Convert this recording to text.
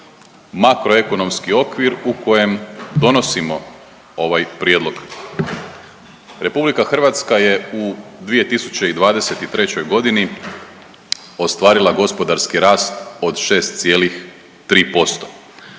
makroekonomski okvir u kojem donosimo ovaj prijedlog. RH je u 2023.g. ostvarila gospodarski rast od 6,3%,